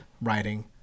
writing